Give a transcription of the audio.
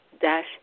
dash